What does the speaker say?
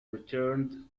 returned